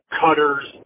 cutters